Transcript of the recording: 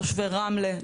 תושבי רמלה,